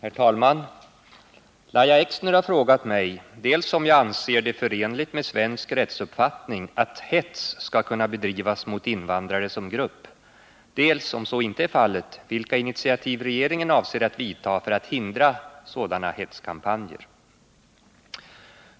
107, och anförde: Herr talman! Lahja Exner har frågat mig dels om jag anser det förenligt med svensk rättsuppfattning att hets skall kunna bedrivas mot invandrare som grupp, dels, om så inte är fallet, vilka initiativ regeringen avser att vidta för att hindra sådana hetskampanjer.